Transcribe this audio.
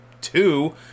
Two